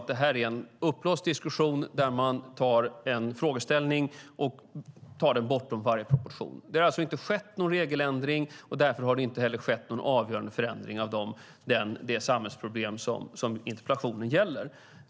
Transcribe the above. Det här är en uppblåst diskussion där man tar en frågeställning och för den bortom alla rimliga proportioner. Det har alltså inte skett någon regelförändring, och därför har det inte heller skett någon avgörande förändring av det samhällsproblem som interpellationen gäller.